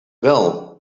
well